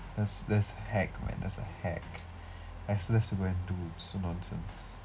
that's that's a hack man that's a hack I still have to go and do so nonsense